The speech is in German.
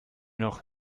noch